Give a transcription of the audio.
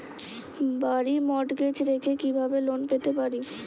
বাড়ি মর্টগেজ রেখে কিভাবে লোন পেতে পারি?